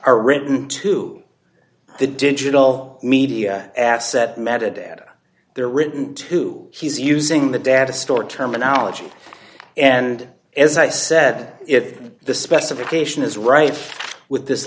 are written to the digital media asset metadata they're written to he's using the data stored terminology and as i said if the specification is right with this